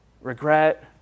regret